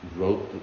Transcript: wrote